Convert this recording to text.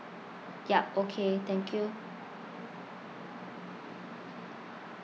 yup okay thank you